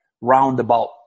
roundabout